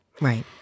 Right